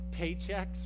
paychecks